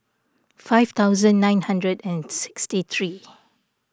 five thousand nine hundred and sixty three